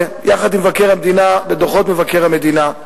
יחד עם מבקר המדינה בדוחות מבקר המדינה.